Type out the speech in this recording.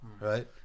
right